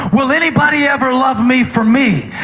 will anybody ever love me for me?